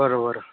बरं बरं